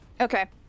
Okay